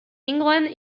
england